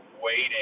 waiting